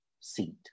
seat